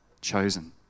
chosen